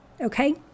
okay